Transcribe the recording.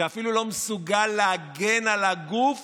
שאפילו לא מסוגל להגן על הגוף